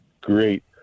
Great